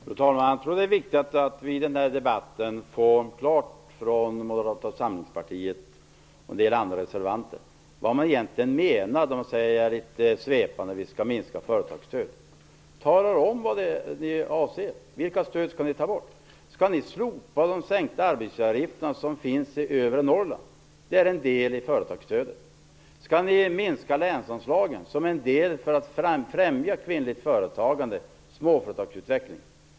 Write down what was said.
Fru talman! Jag tror att det är viktigt att Moderata samlingspartiet och andra reservanter i den här debatten gör klart vad de egentligen menar när de litet svepande säger att de skall minska företagsstödet. Tala om vad ni avser! Vilka stöd skall ni ta bort? Skall ni slopa de sänkta arbetsgivaravgifterna, som finns i övre Norrland och som är en del av företagsstödet? Skall ni minska länsanslagen, som är en del i att främja kvinnligt företagande och småföretagsutveckling?